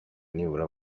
nibura